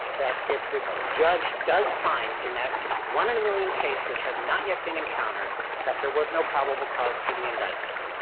that if the judge does find in that one in a million case which has not yet been encountered that there was no probable cause for the indictment.